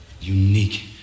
Unique